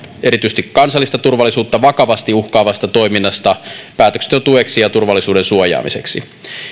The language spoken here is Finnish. erityisesti kansallista turvallisuutta vakavasti uhkaavasta toiminnasta päätöksenteon tueksi ja turvallisuuden suojaamiseksi